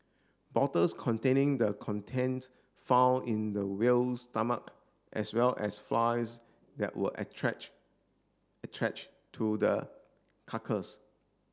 bottles containing the contents found in the whale's stomach as well as flies that were to the carcass